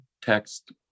text